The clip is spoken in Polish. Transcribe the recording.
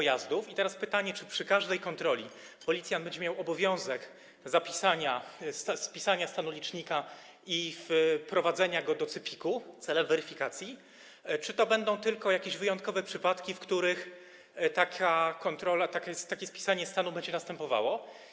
I teraz pytanie: Czy przy każdej kontroli policjant będzie miał obowiązek spisania stanu licznika i wprowadzenia go do CEPiK-u celem weryfikacji, czy to będą tylko jakieś wyjątkowe przypadki, w których takie spisanie stanu będzie następowało?